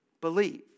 Believe